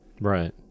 right